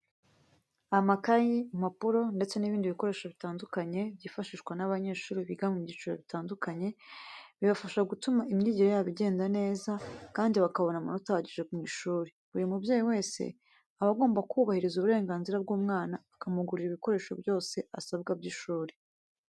Amakayi, impapuro ndetse n'ibindi bikoresho bitandukanye byifashishwa n'abanyeshuri biga mu byiciro bitandukanye, bibafasha gutuma imyigire yabo igenda neza kandi bakabona amanota ahagije mu ishuri. Buri mubyeyi wese, aba agomba kubahiriza uburenganzira bw'umwana akamugurira ibikoresho byose asabwa by'ishuri.